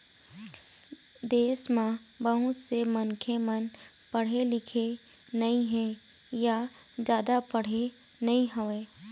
देश म बहुत से मनखे मन पढ़े लिखे नइ हे य जादा पढ़े नइ रहँय